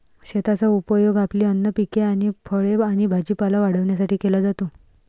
शेताचा उपयोग आपली अन्न पिके आणि फळे आणि भाजीपाला वाढवण्यासाठी केला जातो